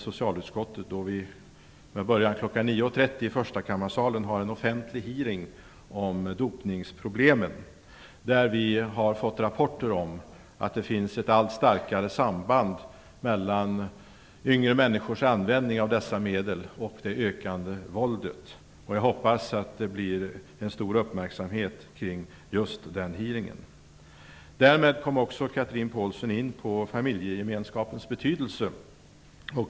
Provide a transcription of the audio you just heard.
9.30 i förstakammarsalen, då vi i socialutskottet har en offentlig s.k. hearing om dopningsproblemen. Vi har fått rapporter om att det finns ett allt starkare samband mellan yngre människors användning av dessa medel och det ökande våldet. Jag hoppas att det blir stor uppmärksamhet kring just denna hearing. Chatrine Pålsson kom också in på familjegemenskapens betydelse.